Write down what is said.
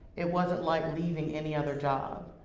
it wasn't like leaving any other job.